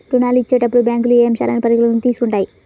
ఋణాలు ఇచ్చేటప్పుడు బ్యాంకులు ఏ అంశాలను పరిగణలోకి తీసుకుంటాయి?